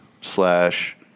slash